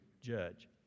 judge